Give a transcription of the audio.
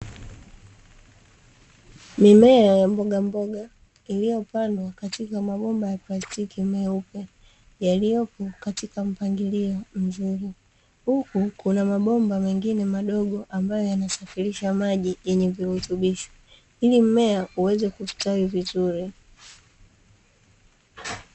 Mimea ya mbogamboga iliyopandwa katika mabomba ya plastiki meupe yaliyopo katika mpangilio mzuri, huku kuna mabomba mengine madogo ambayo yanasafirisha maji yenye virutubisho ili mmea uweze kusitawi vizuri.